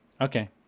Okay